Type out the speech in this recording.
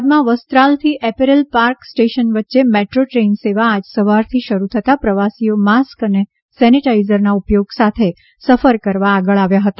Ahmedabad metro શરૂ અમદાવાદમાં વસ્ત્રાલથી એપેરલ પાર્ક સ્ટેશન વચ્ચે મેટ્રો ટ્રેન સેવા આજ સવારથી શરૂ થતા પ્રવાસીઓ માસ્ક અને સેનેટાઈઝરના ઉપયોગ સાથે સફર કરવા આગળ આવ્યા છે